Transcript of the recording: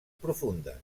profundes